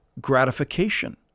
gratification